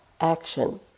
action